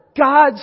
God's